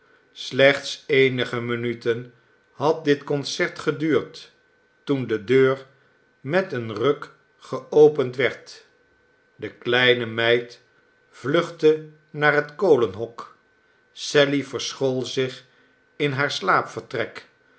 slechts eenige minuten had dit concert geduurd toen de deur met een ruk geopend werd de kleine meid vluchtte naar het kolenhok sally verschool zich in haar